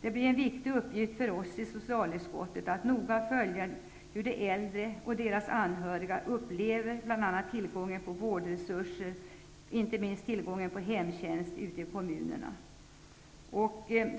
Det blir en viktig uppgift för oss i socialutskottet att noga följa hur de äldre och deras anhöriga upplever bl.a. tillgången till vårdresurser, inte minst tillgången till hemtjänst ute i kommunerna.